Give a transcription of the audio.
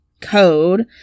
Code